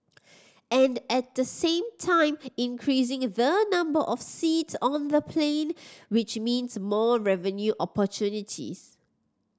and at the same time increasing the number of seats on the plane which means more revenue opportunities